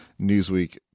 Newsweek